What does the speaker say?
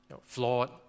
flawed